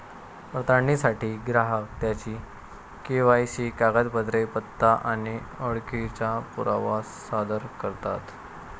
पडताळणीसाठी ग्राहक त्यांची के.वाय.सी कागदपत्रे, पत्ता आणि ओळखीचा पुरावा सादर करतात